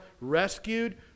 rescued